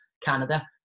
Canada